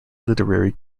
literary